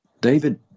David